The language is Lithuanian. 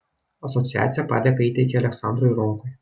asociacija padėką įteikė aleksandrui ronkui